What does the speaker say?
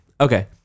Okay